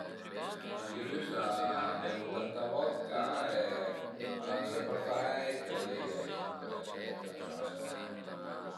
I rüs a bevu tanta vodka e al a sempre freit, li a ie sempre la giasa